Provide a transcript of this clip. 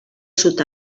sud